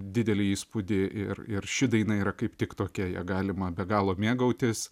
didelį įspūdį ir ir ši daina yra kaip tik tokia ja galima be galo mėgautis